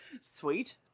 Sweet